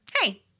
Hey